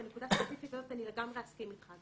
בנקודה הספציפית הזאת אני לגמרי אסכים איתך.